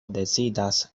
decidas